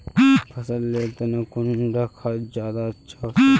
फसल लेर तने कुंडा खाद ज्यादा अच्छा सोबे?